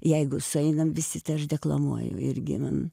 jeigu sueinam visi tai aš deklamuoju irgi man